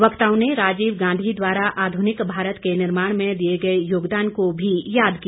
वक्ताओं ने राजीव गांधी द्वारा आधुनिक भारत के निर्माण में दिए गए योगदान को भी याद किया